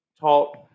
talk